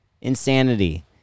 Insanity